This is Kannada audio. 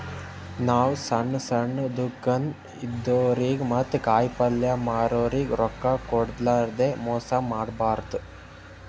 ನಾವ್ ಸಣ್ಣ್ ಸಣ್ಣ್ ದುಕಾನ್ ಇದ್ದೋರಿಗ ಮತ್ತ್ ಕಾಯಿಪಲ್ಯ ಮಾರೋರಿಗ್ ರೊಕ್ಕ ಕೋಡ್ಲಾರ್ದೆ ಮೋಸ್ ಮಾಡಬಾರ್ದ್